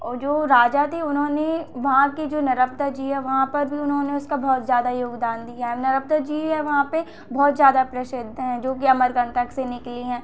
और जो राजा थे उन्होंने वहां के जो जी है वहां पर भी उन्होंने उसका बहुत ज़्यादा योगदान दिया जी हैं वहां पे बहुत ज़्यादा प्रसिद्ध हैं जो कि अमरकंटक से निकली हैं